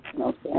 Okay